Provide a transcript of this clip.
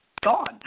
gone